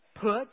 put